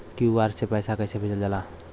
QR से पैसा कैसे भेजल जाला?